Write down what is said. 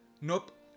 Nope